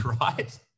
right